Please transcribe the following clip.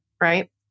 Right